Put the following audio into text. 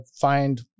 find